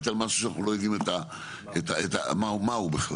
על משהו שאנחנו לא יודעים מהו בכלל.